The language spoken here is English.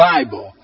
Bible